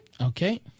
Okay